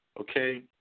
Okay